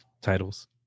titles